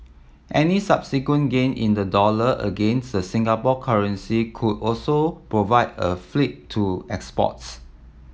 any subsequent gain in the dollar against the Singapore currency could also provide a fillip to exports